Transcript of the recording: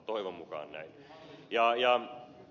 toivon mukaan näin